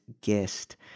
guest